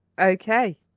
Okay